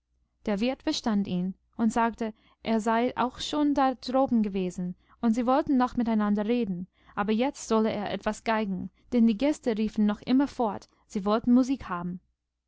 der wirt verstand ihn und sagte er sei auch schon da droben gewesen und sie wollten noch miteinander reden aber jetzt solle er etwas geigen denn die gäste riefen noch immerfort sie wollten musik haben